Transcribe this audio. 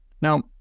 Now